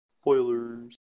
Spoilers